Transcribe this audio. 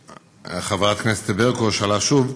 חברת הכנסת ברקו שאלה שוב.